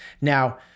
Now